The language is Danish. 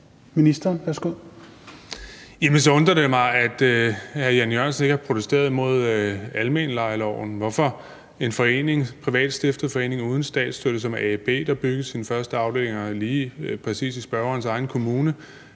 Jamen så undrer det mig jo, at hr. Jan E. Jørgensen ikke har protesteret imod almenlejeloven. Hvorfor skal en privat stiftet forening uden statsstøtte som AAB, der byggede sine første afdelinger lige præcis i spørgerens egen kommune,